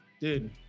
Dude